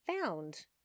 found